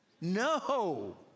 No